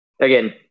Again